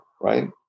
right